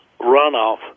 runoff